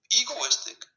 egoistic